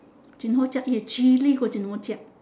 jin ho jiak eh chilli jin ho jiak